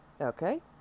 Okay